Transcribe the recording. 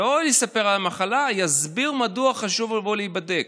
לא שיספר על המחלה, שיסביר מדוע חשוב לבוא להיבדק.